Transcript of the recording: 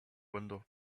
window